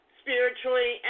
spiritually